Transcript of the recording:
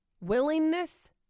willingness